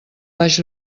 baix